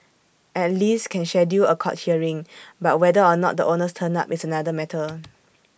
at least can schedule A court hearing but whether or not the owners turn up is another matter